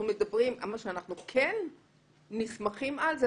מה שאנחנו כן נסמכים על זה,